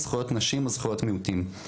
זכויות נשים או זכויות מיעוטים,